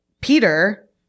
Peter